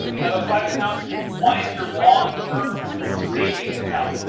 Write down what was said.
now those five accounts one is your long-term savings account.